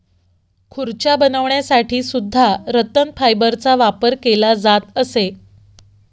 खुर्च्या बनवण्यासाठी सुद्धा रतन फायबरचा वापर केला जात असे